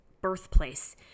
birthplace